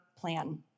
plan